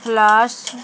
plus